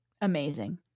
Amazing